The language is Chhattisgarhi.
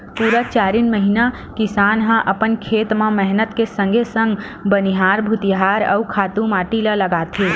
पुरा चारिन महिना किसान ह अपन खेत म मेहनत के संगे संग बनिहार भुतिहार अउ खातू माटी ल लगाथे